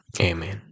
Amen